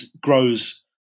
grows